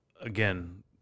again